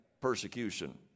persecution